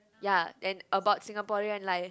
ya and about Singaporean life